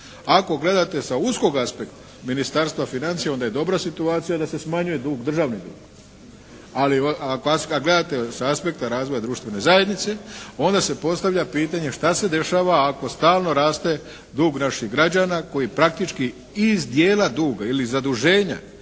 Ako gledate sa uskog aspekta Ministarstva financija onda je dobra situacija da se smanjuje dug, državni dug. Ali kada gledate sa aspekta razvoja društvene zajednice onda se postavlja pitanje šta se dešava ako stalno raste dug naših građana koji praktički iz dijela duga ili zaduženja